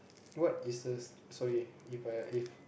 what is the sorry If I if